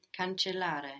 Cancellare